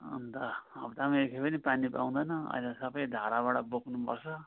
अन्त हप्तामा एकखेप पनि आउँदैन अहिले सबैले धाराबाट बोक्नुपर्छ